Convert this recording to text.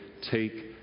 take